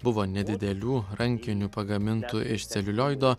buvo nedidelių rankinių pagamintų iš celiulioido